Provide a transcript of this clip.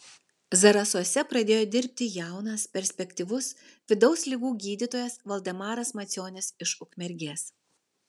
zarasuose pradėjo dirbti jaunas perspektyvus vidaus ligų gydytojas valdemaras macionis iš ukmergės